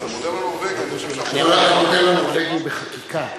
המודל הנורבגי בחקיקה.